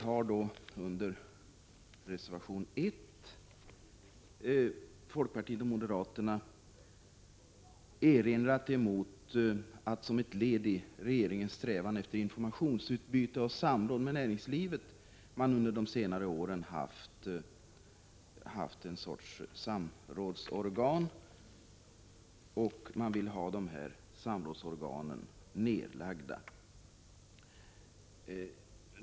I reservation 1 har folkpartiet och moderaterna erinrat mot att man som ett led i regeringens strävan efter informationsutbyte och samråd med näringslivet under de senare åren haft en sorts samrådsorgan, och man vill ha samrådsorganen nedlagda.